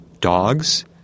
dogs